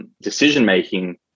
decision-making